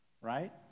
right